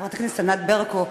חברת הכנסת ענת ברקו.